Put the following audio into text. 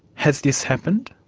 has this happened?